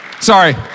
Sorry